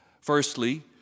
Firstly